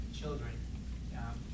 children